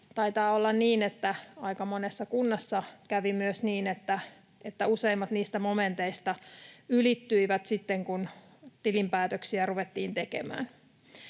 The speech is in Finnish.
taitaa olla niin, että aika monessa kunnassa kävi myös niin, että useimmat niistä momenteista ylittyivät sitten, kun tilinpäätöksiä ruvettiin tekemään.